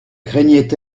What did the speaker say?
craignait